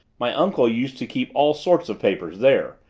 my uncle used to keep all sorts of papers there,